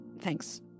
thanks